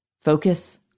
Focus